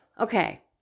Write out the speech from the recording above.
Okay